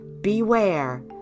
Beware